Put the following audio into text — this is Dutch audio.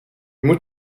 moet